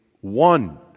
one